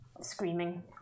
screaming